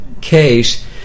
case